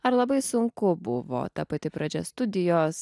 ar labai sunku buvo ta pati pradžia studijos